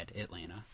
Atlanta